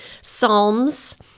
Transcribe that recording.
psalms